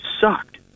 sucked